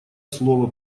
слово